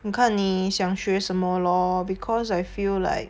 你看你想学什么 lor because I feel like